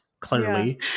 clearly